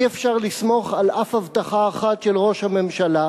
אי-אפשר לסמוך אף על הבטחה אחת של ראש הממשלה,